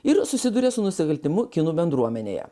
ir susiduria su nusikaltimu kinų bendruomenėje